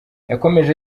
yakomeje